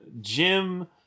Jim